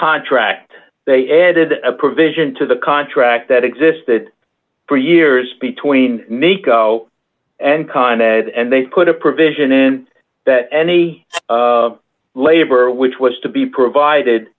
contract they added a provision to the contract that existed for years between nikko and con ed and they put a provision in that any labor which was to be provided